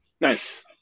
nice